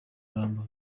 murambo